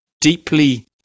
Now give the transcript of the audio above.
deeply